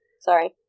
Sorry